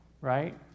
right